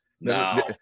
No